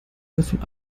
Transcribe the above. davon